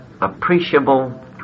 appreciable